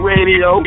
Radio